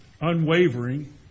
unwavering